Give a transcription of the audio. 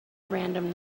random